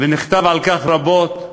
ונכתב על כך רבות,